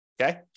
Okay